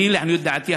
לעניות דעתי,